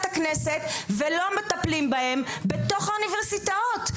הכנסת ולא מטפלים בהם בתוך האוניברסיטאות?